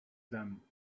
them